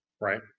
Right